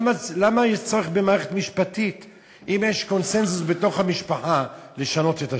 למה יש צורך במערכת משפטית אם יש קונסנזוס בתוך המשפחה לשנות את השם?